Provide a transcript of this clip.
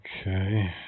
Okay